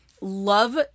love